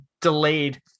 delayed